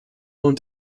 und